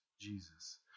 Jesus